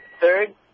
third